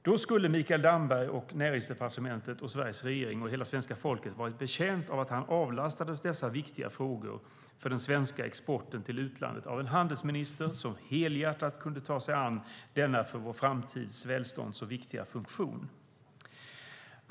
Då skulle Mikael Damberg, Näringsdepartementet, Sveriges regering och hela svenska folket vara betjänt av att han avlastades de för den svenska exporten till utlandet så viktiga frågorna av en handelsminister som helhjärtat kunde ta sig an denna för vårt framtida välstånd mycket viktiga funktion.